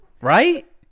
Right